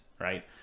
right